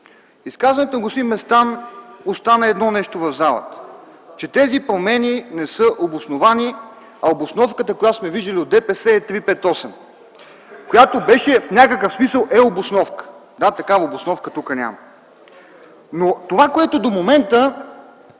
изказването на господин Местан остана едно нещо в залата – че тези промени не са обосновани, а обосновката, която сме виждали от ДПС, е 3:5:8, която в някакъв смисъл е обосновка. Да, такава обосновка тук няма. Това, което до момента